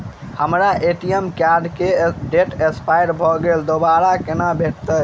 हम्मर ATM card केँ date expire भऽ गेल दोबारा कोना मिलत?